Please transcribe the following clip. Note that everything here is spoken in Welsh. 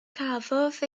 cafodd